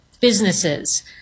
businesses